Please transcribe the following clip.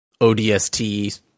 Odst